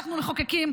אנחנו מחוקקים,